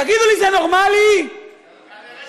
תגידו לי, זה נורמלי?